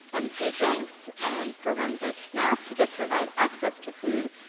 and food banks, and programs like snap that provide access to food,